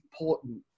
important